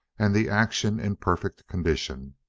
and the action in perfect condition.